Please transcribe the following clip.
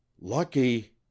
lucky